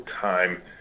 time